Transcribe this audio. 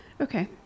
Okay